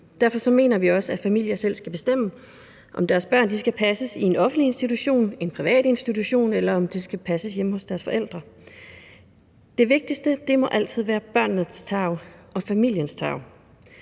Derfor mener vi også, at familierne selv skal bestemme, om deres børn skal passes i en offentlig institution eller en privat institution, eller om de skal passes hjemme hos deres forældre. Det vigtigste må altid være barnets tarv og familiens tarv,